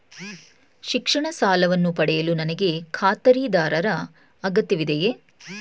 ಶಿಕ್ಷಣ ಸಾಲವನ್ನು ಪಡೆಯಲು ನನಗೆ ಖಾತರಿದಾರರ ಅಗತ್ಯವಿದೆಯೇ?